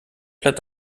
bleibt